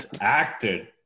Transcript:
acted